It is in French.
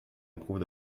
éprouve